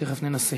תכף, ננסה.